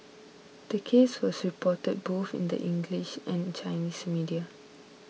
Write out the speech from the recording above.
the case was reported both in the English and Chinese media